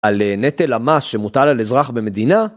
על נטל המס שמוטל על אזרח במדינה